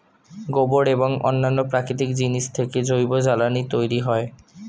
গোবর এবং অন্যান্য প্রাকৃতিক জিনিস থেকে জৈব জ্বালানি তৈরি হয়